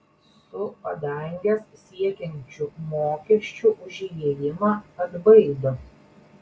su padanges siekiančiu mokesčiu už įėjimą atbaido